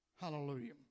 Hallelujah